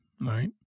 Right